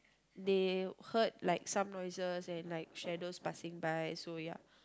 they heard like some noises and like shadows passing by so ya